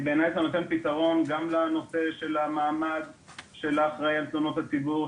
בעיניי זה נותן פתרון גם לנושא של המעמד של האחראי על תלונות הציבור,